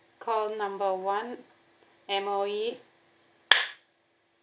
call number one M_O_E